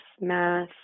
math